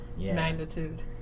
magnitude